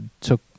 took